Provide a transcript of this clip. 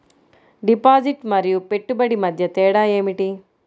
Deposit మరియు పెట్టుబడి మధ్య తేడా ఏమిటి?